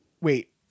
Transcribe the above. wait